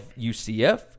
UCF